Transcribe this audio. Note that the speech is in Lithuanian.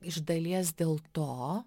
iš dalies dėl to